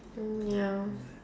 mm ya